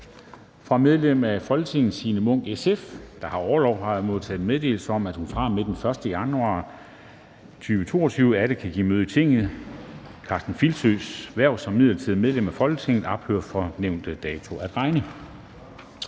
Fra medlem af Folketinget Signe Munk (SF), der har orlov, har jeg modtaget meddelelse om, at hun fra og med den 1. januar 2022 atter kan give møde i Tinget. Karsten Filsøs (SF) hverv som midlertidigt medlem af Folketinget ophører fra nævnte dato at regne.